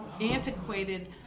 antiquated